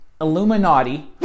Illuminati